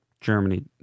germany